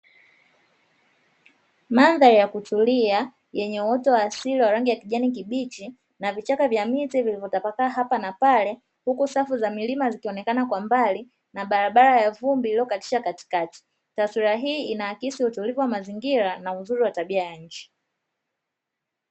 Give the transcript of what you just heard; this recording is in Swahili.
Mandhari ya kutulia yenye uoto wa asili wa rangi ya kijani kibichi na vichaka vya miti vilivyotapakaa hapa na pale, huku safu za milima zikionekana kwa mbali na barabara ya vumbi iliyokatisha katikati. Taswira hii ina akisi utulivu wa mazingira na uzuri wa tabia nchi.